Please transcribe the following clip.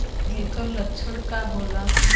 ऐकर लक्षण का होला?